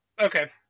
Okay